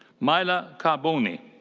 maila carboni.